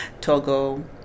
Togo